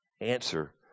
answer